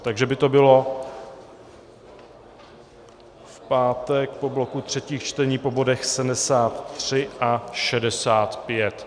Takže by to bylo v pátek po bloku třetích čtení po bodech 73 a 65.